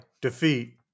defeat